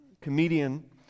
comedian